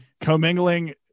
commingling